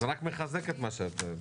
זה רק מחזק את מה שאת מדברת.